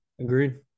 Agreed